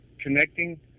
connecting